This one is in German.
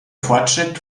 fortschritt